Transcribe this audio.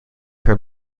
her